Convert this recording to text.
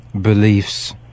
beliefs